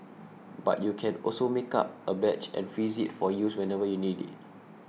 but you can also make up a batch and freeze it for use whenever you need it